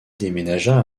déménagea